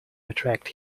attract